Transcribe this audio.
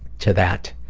to that